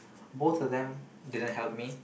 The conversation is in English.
both of them didn't help me